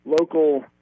local